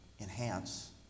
enhance